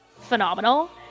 phenomenal